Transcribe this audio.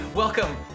Welcome